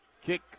Kick